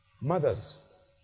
mothers